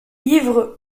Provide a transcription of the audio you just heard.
ivre